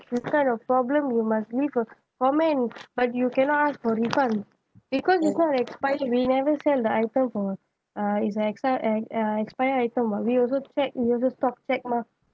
this kind of problem you must leave a comment but you cannot ask for refund because it's not expired we never sell the item for uh it's an expired and uh expired item [what] we also check we also stock check mah